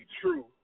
true